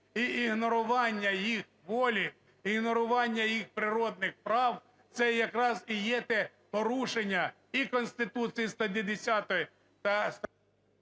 І ігнорування їх волі, ігнорування їх природних прав – це якраз і є те порушення і Конституції, статті